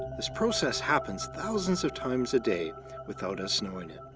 this process happens thousands of times a day without us knowing it.